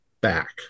back